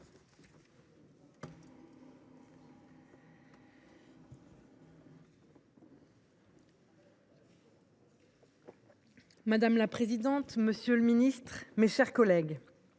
Madame la présidente, monsieur le ministre, mes chers collègues,